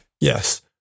Yes